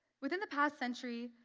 within the past century,